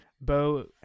Bo